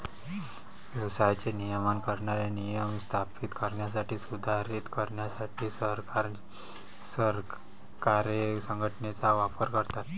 व्यवसायाचे नियमन करणारे नियम स्थापित करण्यासाठी, सुधारित करण्यासाठी सरकारे संघटनेचा वापर करतात